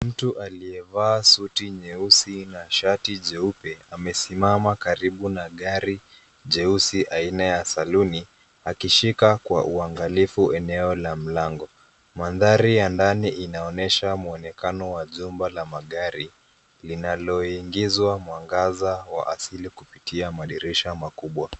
Mtu aliyevaa suti nyeusi na shati jeupe amesimama karibu na gari jeusi aina ya Saloni akishika kwa uangalifu eneo la mlango. Mandhari ya ndani inaonyesha muonekano wa jumba la magari linaloingizwa mwangaza wa asili kupitia madirisha makubwa.